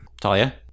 Talia